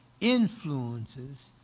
influences